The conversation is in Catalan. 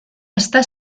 està